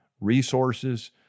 resources